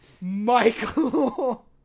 Michael